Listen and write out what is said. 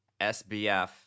SBF